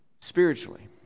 spiritually